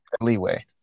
leeway